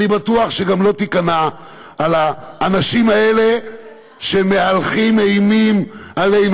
אני בטוח שגם לא תיכנע לאנשים האלה שמהלכים אימים עלינו,